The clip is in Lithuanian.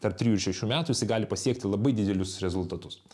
tarp trijų ir šešių metų jisai gali pasiekti labai didelius rezultatus